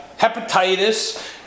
hepatitis